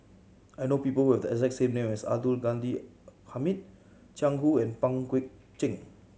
I know people who have the exact same name as Abdul Ghani Hamid Jiang Hu and Pang Guek Cheng